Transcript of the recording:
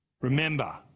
Remember